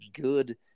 good